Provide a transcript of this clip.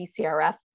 BCRF